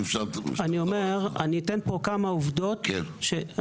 אם אפשר --- אתן פה כמה עובדות שאני